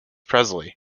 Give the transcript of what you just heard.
presley